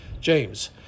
James